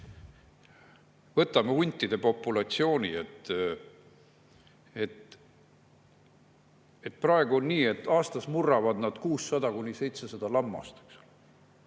Võtame huntide populatsiooni. Praegu on nii, et aastas murravad nad 600–700 lammast.